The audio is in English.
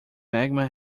magma